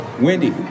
wendy